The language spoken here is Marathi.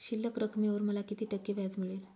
शिल्लक रकमेवर मला किती टक्के व्याज मिळेल?